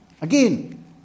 Again